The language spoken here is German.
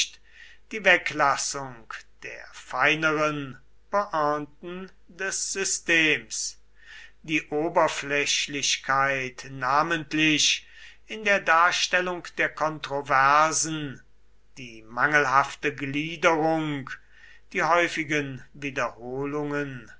die weglassung der feineren pointen des systems die oberflächlichkeit namentlich in der darstellung der kontroversen die mangelhafte gliederung die häufigen wiederholungen